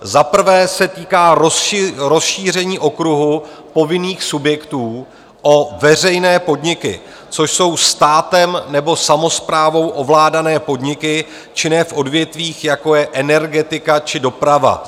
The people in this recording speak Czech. Za prvé se týká rozšíření okruhu povinných subjektů o veřejné podniky, což jsou státem nebo samosprávou ovládané podniky činné v odvětvích, jako je energetika či doprava.